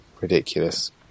ridiculous